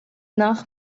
nach